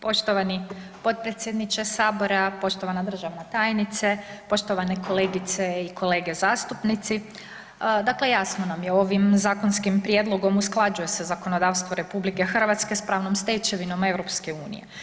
Poštovani potpredsjedniče sabora, poštovana državna tajnice, poštovane kolegice i kolege zastupnici dakle jasno nam je ovim zakonskim prijedlogom usklađuje se zakonodavstvo RH sa pravnom stečevinom EU.